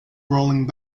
rolling